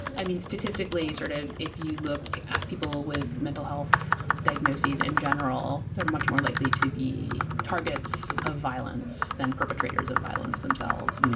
i mean, statistically, sort of if you look at people with mental health diagnoses in general, they're much more likely to be targets of violence than perpetrators of violence themselves.